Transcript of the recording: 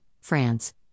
France